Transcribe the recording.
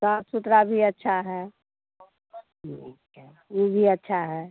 साफ़ सुथरा भी अच्छा है ठीक है ऊ भी अच्छा है